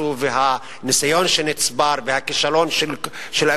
שנעשו והניסיון שנצבר והכישלון של